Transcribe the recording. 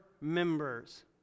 members